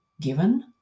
given